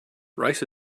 rice